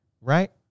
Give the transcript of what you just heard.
right